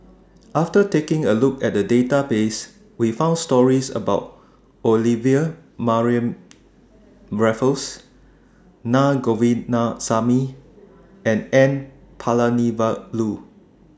after taking A Look At The Database We found stories about Olivia Mariamne Raffles Naa Govindasamy and N Palanivelu